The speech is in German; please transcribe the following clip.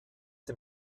dem